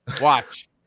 Watch